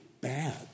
bad